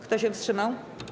Kto się wstrzymał?